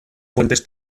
fuentes